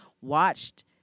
watched